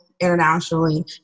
internationally